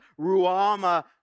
Ruama